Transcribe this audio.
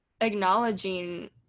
acknowledging